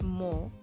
more